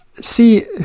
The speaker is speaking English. See